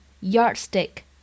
yardstick